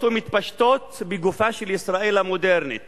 ומתפשטות בגופה של ישראל המודרנית